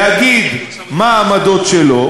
להגיד מה העמדות שלו.